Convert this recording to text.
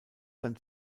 sein